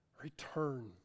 return